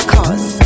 Cause